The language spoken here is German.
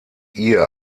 ihr